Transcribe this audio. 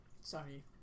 sorry